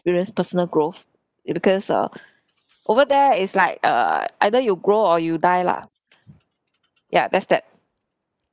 experience personal growth it because uh over there is like err either you grow or you die lah ya that's that